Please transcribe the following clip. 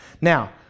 Now